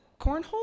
Cornhole